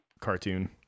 cartoon